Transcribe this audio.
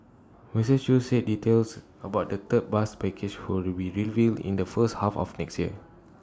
Mister chew said details about the third bus package who will be revealed in the first half of next year